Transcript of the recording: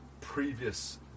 previous